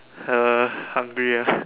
uh hungry ah